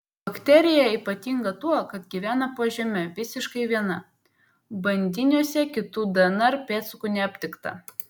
bakterija ypatinga tuo kad gyvena po žeme visiškai viena bandiniuose kitų dnr pėdsakų neaptikta